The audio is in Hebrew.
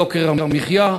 יוקר המחיה,